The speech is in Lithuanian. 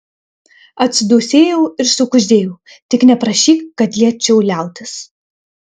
atsidūsėjau ir sukuždėjau tik neprašyk kad liepčiau liautis